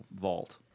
vault